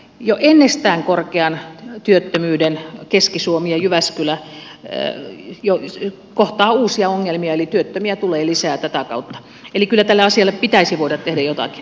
jo ennestään korkean työttömyyden keski suomi ja jyväskylä kohtaa uusia ongelmia eli työttömiä tulee lisää tätä kautta eli kyllä tälle asialle pitäisi voida tehdä jotakin